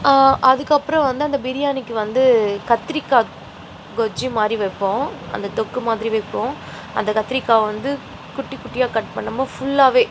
அதுக்கப்றம் வந்து அந்த பிரியாணிக்கு வந்து கத்திரிக்காய் கொஜ்ஜி மாதிரி வைப்போம் அந்த தொக்கு மாதிரி வைப்போம் அந்த கத்திரிக்காவை வந்து குட்டி குட்டியாக கட் பண்ணாமல் ஃபுல்லாகவே